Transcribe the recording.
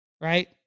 right